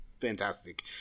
fantastic